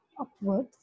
upwards